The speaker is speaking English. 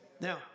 Now